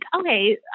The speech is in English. okay